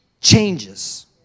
changes